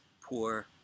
Poor